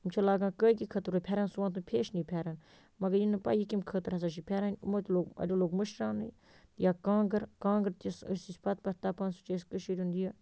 یِم چھِ لاگان کٲگی خٲطرٕ پھٮ۪رَن سُوان تِم پھیشنی پھٮ۪رَن مگر یہِ نہٕ پَیی یہِ کَمۍ خٲطرٕ ہَسا چھُ پھٮ۪رَن یِمو تہِ لوگ اَڑیو لوگ مٔشراونٕے یا کانٛگٕرۍ کانٛگٕر تہِ یُس أسۍ ٲسۍ پَتہٕ پٮ۪ٹھ تَپان سُہ چھُ أسۍ کٔشیٖرِ ہُنٛد یہِ